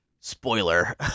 Spoiler